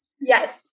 Yes